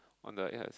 on the yes